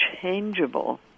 changeable